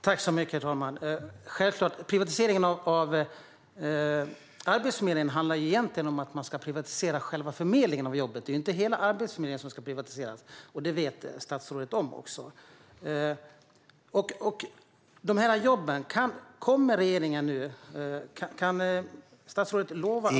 Herr talman! Privatiseringen av Arbetsförmedlingen handlar egentligen om att man ska privatisera själva förmedlingen av jobbet och inte hela Arbetsförmedlingen. Det vet statsrådet också. Jag hoppas att det flyttas ut fler jobb till mindre orter! : Det kommer!)